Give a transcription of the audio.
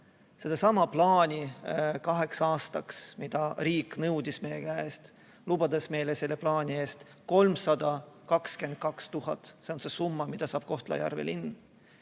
sedasama plaani kaheks aastaks, mida riik nõudis meie käest, lubades meile selle plaani eest 322 000 eurot. See on summa, mida saab Kohtla-Järve linn.